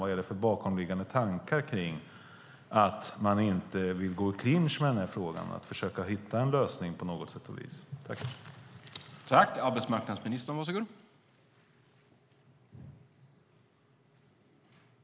Vad är det för bakomliggande tankar kring att man inte vill gå i clinch med den här frågan och på något sätt och vis hitta en lösning?